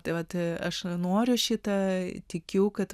tai vat aš noriu šitą tikiu kad